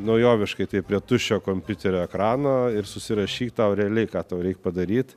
naujoviškai taip prie tuščio kompiuterio ekrano ir susirašyt tau realiai ką tau reik padaryt